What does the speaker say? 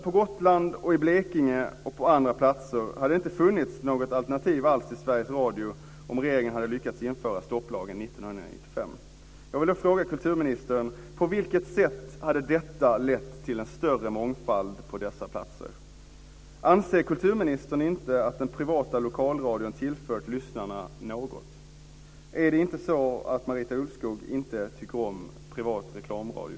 På Gotland och i Blekinge och på andra platser hade det inte funnits något alternativ alls till Sveriges radio om regeringen hade lyckats införa stopplagen Jag vill fråga kulturministern: På vilket sett hade detta lett till en större mångfald på dessa platser? Anser kulturministern inte att den privata lokalradion tillfört lyssnarna något? Är det inte så att Marita Ulvskog inte tycker om privat reklamradio?